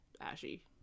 ashy